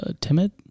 timid